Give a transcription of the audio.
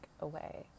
away